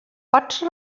pots